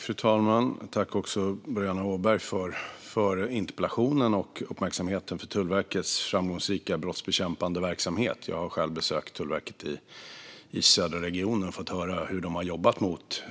Fru talman! Tack, Boriana Åberg, för interpellationen och uppmärksamheten på Tullverkets framgångsrika brottsbekämpande verksamhet. Jag har själv besökt Tullverket i södra regionen för att höra hur de har jobbat mot